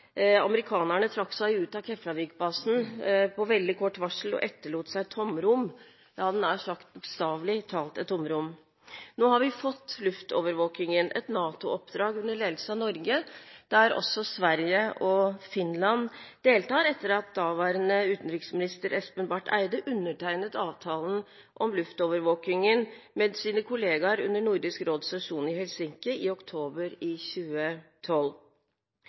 Amerikanerne trakk seg ut av Keflavik-basen på veldig kort varsel, og etterlot seg et tomrom – jeg hadde nær sagt bokstavelig talt et tomrom. Nå har vi fått luftovervåkingen, et NATO-oppdrag under ledelse av Norge, der også Sverige og Finland deltar, etter at daværende utenriksminister Espen Barth Eide undertegnet avtalen om luftovervåkingen med sine kolleger under Nordisk råds sesjon i Helsinki i oktober i 2012.